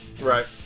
Right